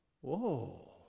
Whoa